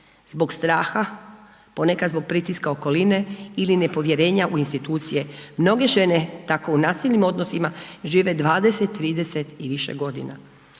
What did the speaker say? zbog straha, ponekad zbog pritiska okoline ili nepovjerenja u institucije. Mnoge žene tako u nasilnim odnosima žive 20, 30 i više godina.